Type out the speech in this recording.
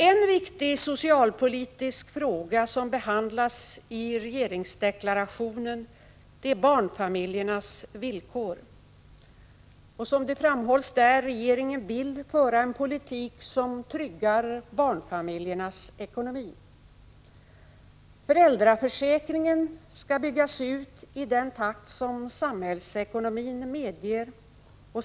En viktig socialpolitisk fråga som behandlas i regeringsdeklarationen är barnfamiljernas villkor. Som framhålls där vill regeringen föra en politik som tryggar barnfamiljernas ekonomi. Föräldraförsäkringen skall byggas ut i den takt som samhällsekonomin medger.